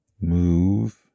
move